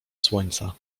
słońca